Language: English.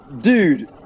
Dude